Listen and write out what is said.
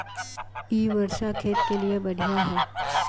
इ वर्षा खेत के लिए बढ़िया है?